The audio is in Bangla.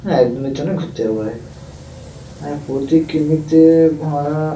হ্যাঁ একদিনের জন্যই ঘুরতে যাব আর কি প্রতি কিমিতে ভাড়া